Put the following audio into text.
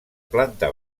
planta